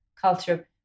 culture